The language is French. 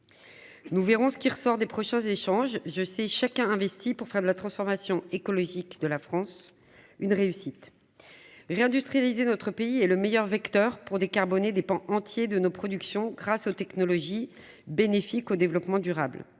Nous verrons ce qui ressort de nos prochains échanges. Je sais que chacun tient à ce que la transformation écologique de la France soit une réussite. Réindustrialiser notre pays constitue le meilleur vecteur pour décarboner des pans entiers de nos productions, grâce à la mise en oeuvre de technologies bénéfiques au développement durable.